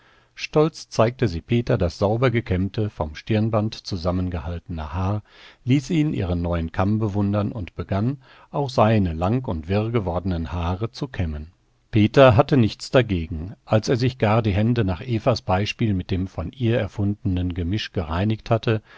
stolz zeigte sie peter das sauber gekämmte vom stirnband zusammengehaltene haar ließ ihn ihren neuen kamm bewundern und begann auch seine lang und wirr gewordenen haare zu kämmen peter hatte nichts dagegen als er sich gar die hände nach evas beispiel mit dem von ihr erfundenen gemisch gereinigt hatte